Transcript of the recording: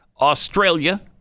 Australia